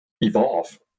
evolve